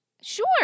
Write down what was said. sure